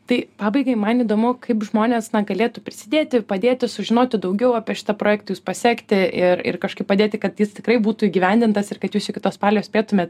tai pabaigai man įdomu kaip žmonės galėtų prisidėti padėti sužinoti daugiau apie šitą projektą jus pasekti ir ir kažkaip padėti kad jis tikrai būtų įgyvendintas ir kad jūs iki to spalio spėtumėt